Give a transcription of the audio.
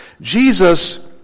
Jesus